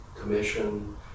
commission